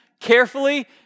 carefully